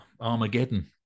Armageddon